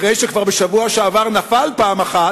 אחרי שבשבוע שעבר כבר נפל פעם אחת,